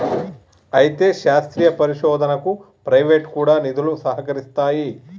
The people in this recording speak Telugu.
అయితే శాస్త్రీయ పరిశోధనకు ప్రైవేటు కూడా నిధులు సహకరిస్తాయి